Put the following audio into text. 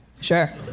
sure